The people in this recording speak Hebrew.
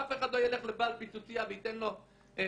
אף אחד לא ילך לבעל פיצוצייה וייתן לו --- הקנסות